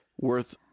Worth